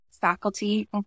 faculty